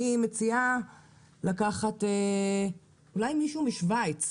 אני מציעה לקחת אולי מישהו משוויץ,